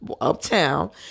uptown